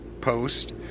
post